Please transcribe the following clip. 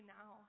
now